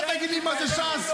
אתה תגיד לי מה זה ש"ס?